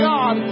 God